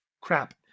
crap